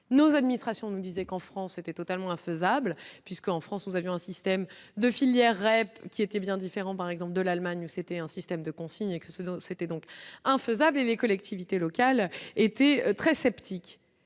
nos administrations, nous disait qu'en France, était totalement infaisable, puisqu'en France, où nous avions un système de filières REP qui était bien différent par exemple de l'Allemagne, c'était un système de consignes avec dont c'était donc infaisable et les collectivités locales. étaient très sceptiques